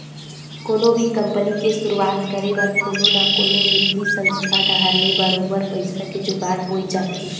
कोनो भी कंपनी के सुरुवात करे बर कोनो न कोनो बित्तीय संस्था डाहर ले बरोबर पइसा के जुगाड़ होई जाथे